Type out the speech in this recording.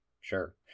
sure